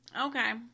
Okay